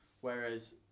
Whereas